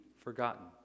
forgotten